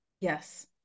Yes